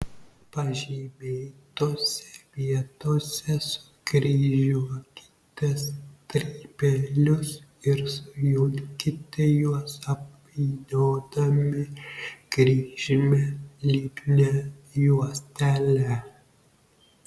pažymėtose vietose sukryžiuokite strypelius ir sujunkite juos apvyniodami kryžmę lipnia juostele